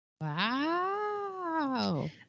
Wow